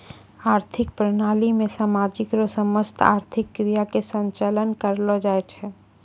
आर्थिक प्रणाली मे समाज रो समस्त आर्थिक क्रिया के संचालन करलो जाय छै